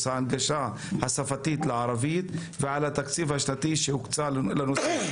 ההנגשה השפתית לערבית ועל התקציב השנתי שהוקצה לנושא,